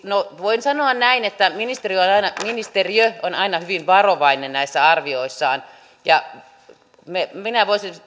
no voin sanoa näin että ministeriö on aina hyvin varovainen näissä arvioissaan minä voisin